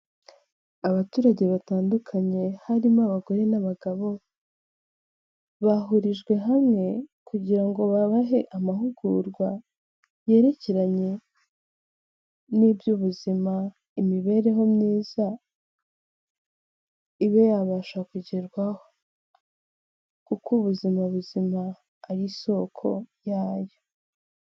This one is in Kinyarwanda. Abaturage batandukanye harimo abagore n'abagabo, bahurijwe hamwe kugira ngo babahe amahugurwa yerekeranye n'iby'ubuzima imibereho myiza, ibe yabasha kugerwaho kuko ubuzima buzima ari isoko yayo.